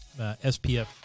SPF